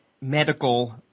medical